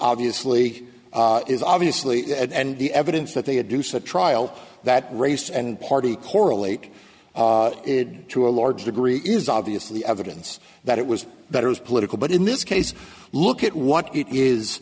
obviously is obviously and the evidence that they do such a trial that race and party correlate it to a large degree is obviously evidence that it was that it was political but in this case look at what it is